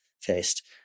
faced